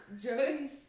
Jody